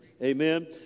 Amen